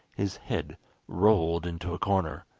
his head rolled into a corner.